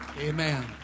Amen